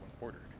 ordered